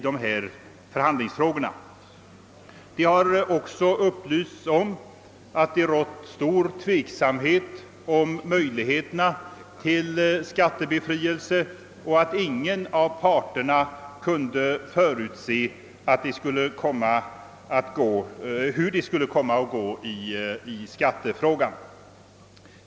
Det har också upplysts om att det rått betydande tveksamhet rörande möjligheterna till skattebefrielse och att ingen av parterna kunde förutse hur det skulle komma att gå i skattefrågan.